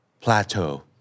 plateau